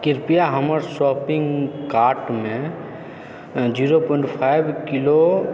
कृपया हमर shopping cart मे जीरो प्वाइण्ट फाइव किलो